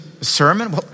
sermon